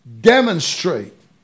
demonstrate